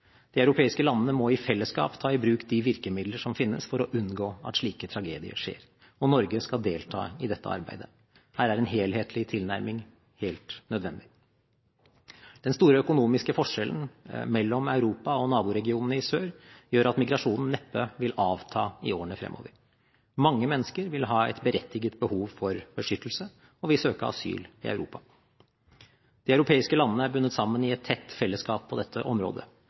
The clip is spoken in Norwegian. De europeiske landene må i fellesskap ta i bruk de virkemidler som finnes for å unngå at slike tragedier skjer, og Norge skal delta i dette arbeidet. Her er en helhetlig tilnærming helt nødvendig. Den store økonomiske forskjellen mellom Europa og naboregionene i sør gjør at migrasjonen neppe vil avta i årene fremover. Mange mennesker vil ha et berettiget behov for beskyttelse og vil søke asyl i Europa. De europeiske landene er bundet sammen i et tett fellesskap på dette området.